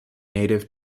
native